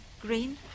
green